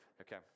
okay